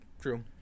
True